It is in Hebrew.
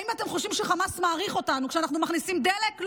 האם אתם חושבים שחמאס מעריך אותנו כשאנחנו מכניסים דלק?